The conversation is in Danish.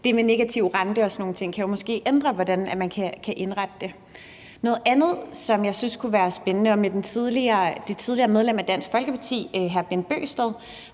Det med negativ rente og sådan nogle ting kan måske ændre på, hvordan man kan indrette det. Der er noget andet, som jeg også synes kunne være spændende. Med det tidligere medlem af Dansk Folkeparti hr. Bent Bøgsted